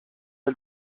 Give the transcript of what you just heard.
del